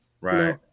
right